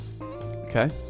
Okay